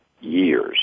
years